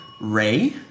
Ray